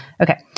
Okay